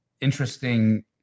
interesting